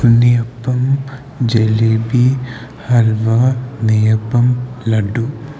ഉണ്ണിയപ്പം jalebi halwa neyyappam laddu